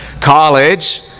college